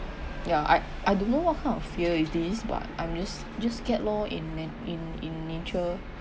ya I I don't know what kind of fear is this but I'm just just scared loh in nat~ in in nature